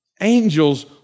Angels